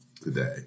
today